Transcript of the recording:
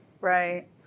Right